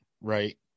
right